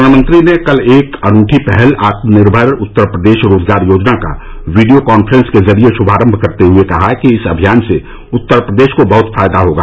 प्रधानमंत्री ने कल एक अनूठी पहल आत्मनिर्मर उत्तर प्रदेश रोजगार योजना का वीडियो कांफ्रेंस के जरिए शुभारंभ करते हुए कहा कि इस अमियान से उत्तर प्रदेश को बहुत फायदा होगा